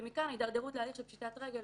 ומכאן ההידרדרות להליך של פשיטת רגל